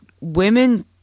women